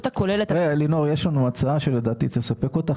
לינור, יש לנו הצעה שלדעתי תספק אותך.